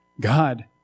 God